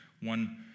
One